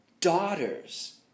daughters